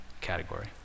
category